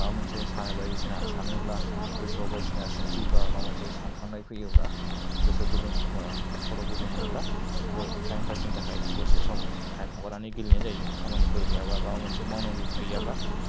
माबा मोनसे सानो बा बायदिसिना सानोब्ला गोसोआव बायदिसिना सोंथि बा माबा मोनसे सानखांनाय फैयोब्ला गोसो गुदुं खर' गुदुं मोनोब्ला बेखौ टाइम पास नि थाखाय दसे सम टाइम हगारनानै गेलेनाय जायो खामानिफोर गैयाब्ला बा माबा मोनसे मावनांगौ गैयाब्ला